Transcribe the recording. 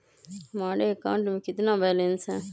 हमारे अकाउंट में कितना बैलेंस है?